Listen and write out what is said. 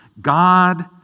God